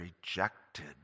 rejected